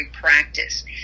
practice